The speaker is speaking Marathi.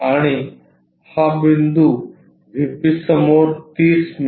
आणि हा बिंदू व्हीपी समोर 30 मि